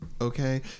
okay